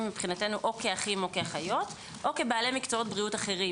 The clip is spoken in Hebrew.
מבחינתנו כאחים או כאחיות או כבעלי מקצועות בריאות אחרים,